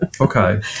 okay